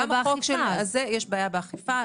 גם בזה יש בעיה באכיפה.